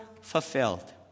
fulfilled